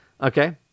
Okay